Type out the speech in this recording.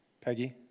Peggy